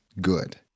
good